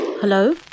Hello